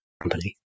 company